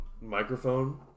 microphone